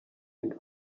and